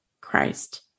Christ